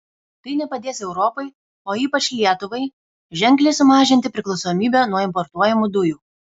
tai nepadės europai o ypač lietuvai ženkliai sumažinti priklausomybę nuo importuojamų dujų